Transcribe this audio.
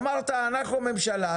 אמרת שאנחנו ממשלה,